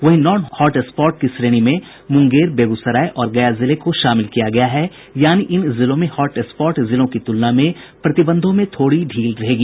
वहीं non hot spot की श्रेणी में मुंगेर बेगूसराय और गया जिले को शामिल किया गया है यानी इन जिलों में हॉट स्पॉट जिलों की तुलना में प्रतिबंधों में थोड़ी ढील रहेगी